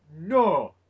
no